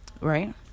Right